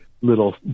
little